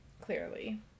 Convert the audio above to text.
clearly